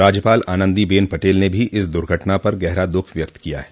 राज्यपाल आनंदी बेन पटेल ने भी इस दुर्घटना पर गहरा दुख व्यक्त किया है